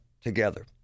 together